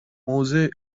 موضع